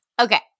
Okay